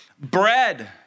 bread